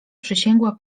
przysięgła